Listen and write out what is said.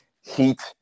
Heat